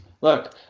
look